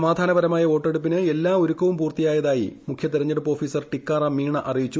സമാധാനപരമായ് പ്ലോട്ടെടുപ്പിന് എല്ലാ ഒരുക്കവും പൂർത്തിയായതായി മുഖ്യ തെരഞ്ഞെടുപ്പ് ഓഫീസർ ടിക്കാറാം മീണ അറിയിച്ചു